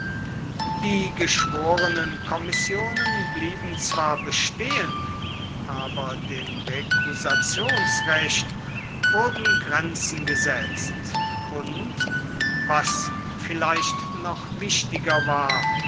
die geschworenenkommissionen blieben zwar bestehen aber dem rekusationsrecht wurden grenzen gesetzt und was vielleicht noch wichtiger war